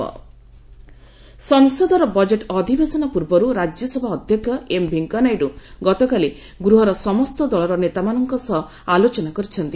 ସବଦଳୀୟ ବୈଠକ ସଂସଦର ବଜେଟ ଅଧିବେଶନ ପୂର୍ବରୁ ରାଜ୍ୟସଭା ଅଧ୍ୟକ୍ଷ ଏମ ଭେଙ୍କୟାନାଇଡ଼ୁ ଗତକାଲି ଗୃହର ସମସ୍ତ ଦଳର ନେତାମାନଙ୍କ ସହ ଆଲୋଚନା କରିଥିଲେ